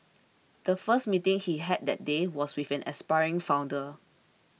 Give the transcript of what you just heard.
the first meeting he had that day was with an aspiring founder